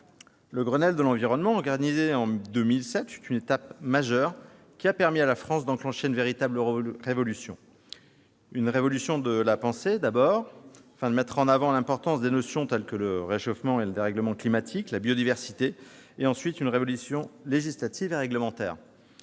Le Grenelle de l'environnement, organisé en 2007, a marqué une étape majeure, qui a permis à la France d'enclencher une véritable révolution- d'abord, une révolution de la pensée, afin de mettre en avant l'importance des notions telles que le réchauffement et le dérèglement climatiques, la biodiversité, ensuite, une révolution législative et réglementaire.